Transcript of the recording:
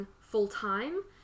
full-time